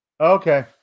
Okay